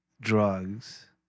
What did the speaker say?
drugs